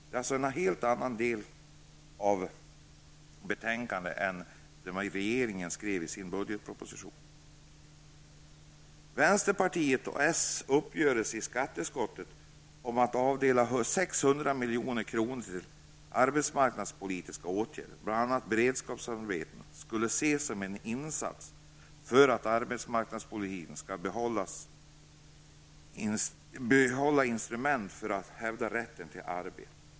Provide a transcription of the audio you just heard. Denna del av utskottets betänkande ger ju en helt annan bild än den som regeringen ger i sin budgetproposition. beredskapsarbete, skulle ses som en insats för att regeringen i arbetsmarknadspolitiken skulle kunna få instrument för att hävda rätten till arbete.